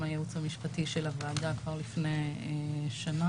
הייעוץ המשפטי של הוועדה כבר לפני שנה.